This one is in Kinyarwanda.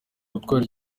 gutwara